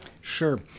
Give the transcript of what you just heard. Sure